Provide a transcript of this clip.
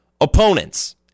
opponents